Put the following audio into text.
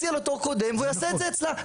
תציע לו תור קודם והוא יעשה את זה אצלה.